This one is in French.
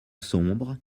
sombre